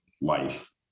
life